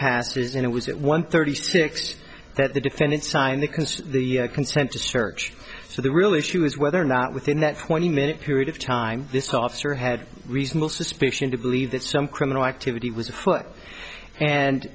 his and it was at one thirty six that the defendant signed the consent the consent to search so the real issue is whether or not within that twenty minute period of time this officer had reasonable suspicion to believe that some criminal activity was afoot and